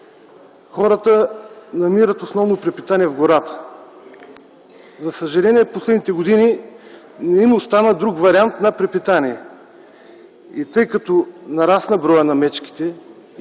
хората намират основно препитание в гората. За съжаление, през последните години не им остана друг вариант на препитание. Тъй като нарасна броят на мечките,